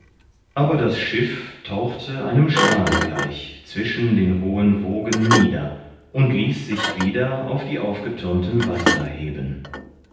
aber das schiff tauchte einem schwan gleich zwischen den hohen wogen nieder und ließ sich wieder auf die aufgetürmten wasser heben